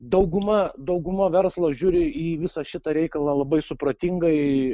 dauguma dauguma verslo žiūri į visą šitą reikalą labai supratingai